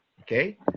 Okay